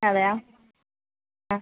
അതെയോ ആ